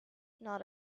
not